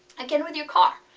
again, with your car,